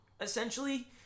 essentially